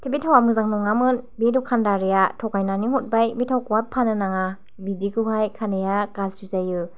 बे थावा मोजां नङामोन बे दखानदरिया थगायनानै हरबाय बे थावखौहाय फाननो नाङा बिदिखौहाय खानाइया गाज्रि जायो